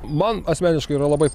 man asmeniškai yra labai